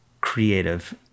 creative